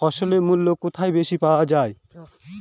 ফসলের মূল্য কোথায় বেশি পাওয়া যায়?